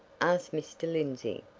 asked mr. lindsey.